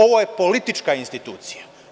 Ovo je politička institucija.